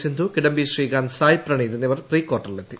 സിന്ധു കിഡംബി ശ്രീകാന്ത് സായ് പ്രണീത് എന്നിവർ പ്രീ ക്വാർട്ടറിലെത്തി